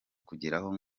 kugeraho